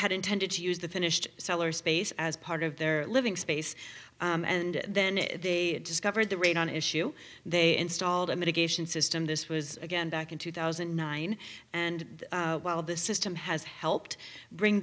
had intended to use the finished cellar space as part of their living space and then they discovered the raid on issue they installed a mitigation system this was again back in two thousand and nine and while the system has helped bring